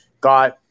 got –